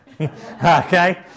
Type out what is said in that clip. Okay